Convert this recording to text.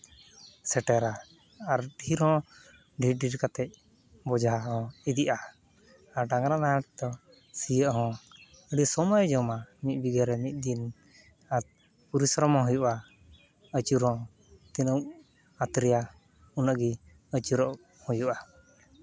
ᱥᱮᱴᱮᱨᱟ ᱟᱨ ᱛᱷᱤᱨ ᱦᱚᱸ ᱰᱷᱤᱨ ᱰᱷᱤᱨ ᱠᱟᱛᱮ ᱵᱚᱡᱷᱟ ᱦᱚᱸ ᱤᱫᱤᱜᱼᱟ ᱟᱨ ᱰᱟᱝᱨᱟ ᱱᱟᱦᱮᱞ ᱛᱮᱫᱚ ᱥᱤᱭᱳᱜ ᱦᱚᱸ ᱟᱹᱰᱤ ᱥᱚᱢᱚᱭᱮ ᱡᱚᱢᱟ ᱢᱤᱫ ᱵᱤᱜᱷᱟᱹ ᱨᱮ ᱢᱤᱫ ᱫᱤᱱ ᱟᱨ ᱯᱚᱨᱤᱥᱨᱚᱢ ᱦᱚᱸ ᱦᱩᱭᱩᱜᱼᱟ ᱟᱹᱪᱩᱨᱚ ᱦᱚᱸ ᱛᱤᱱᱟᱹᱝ ᱟᱛᱨᱮᱭᱟ ᱩᱱᱟᱹᱜ ᱜᱮ ᱟᱹᱪᱩᱨᱚᱜ ᱦᱩᱭᱩᱜᱼᱟ